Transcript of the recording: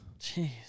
jeez